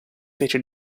fece